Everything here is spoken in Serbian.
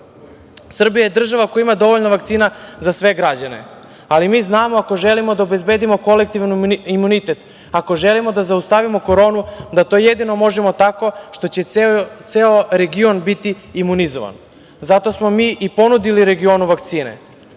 tako. Srbija je država koja ima dovoljno vakcina za sve građane, ali mi znamo da ako želimo da obezbedimo kolektivni imunitet, ako želimo da zaustavimo koronu, da to jedino možemo tako što će ceo region biti imunizovan. Zato smo mi i ponudili regionu vakcine.